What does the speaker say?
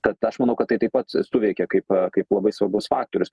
tad aš manau kad tai taip pat suveikė kaip kaip labai svarbus faktorius